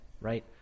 right